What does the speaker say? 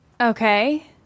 Okay